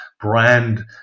brand